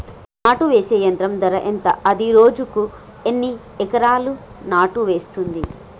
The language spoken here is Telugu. నాటు వేసే యంత్రం ధర ఎంత? అది రోజుకు ఎన్ని ఎకరాలు నాటు వేస్తుంది?